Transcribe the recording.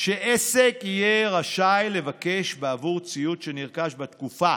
שעסק יהיה רשאי לבקש שבעבור ציוד שנרכש בתקופה